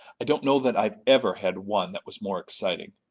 i don't know that i've ever had one that was more exciting.